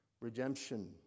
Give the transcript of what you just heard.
Redemption